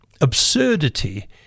absurdity